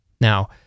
Now